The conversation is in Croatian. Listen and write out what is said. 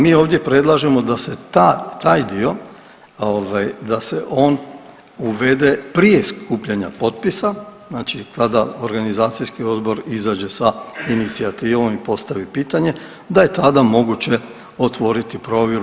Mi ovdje predlažemo da se ta, taj dio ovaj da se on uvede prije skupljanja potpisa, znači kada organizacijski odbor izađe sa inicijativom i postavi pitanje da je tada moguće otvoriti provjeru.